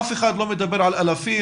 אף אחד לא מדבר על אלפים,